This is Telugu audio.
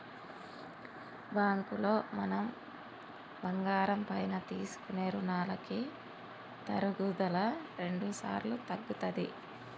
బ్యాంకులో మనం బంగారం పైన తీసుకునే రుణాలకి తరుగుదల రెండుసార్లు తగ్గుతది